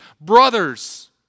brothers